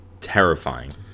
terrifying